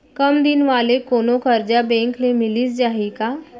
कम दिन वाले कोनो करजा बैंक ले मिलिस जाही का?